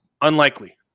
Unlikely